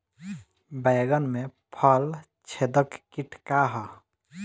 बैंगन में फल छेदक किट का ह?